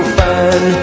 fine